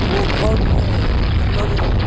وہ بہت مطلب